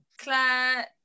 Claire